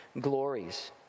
glories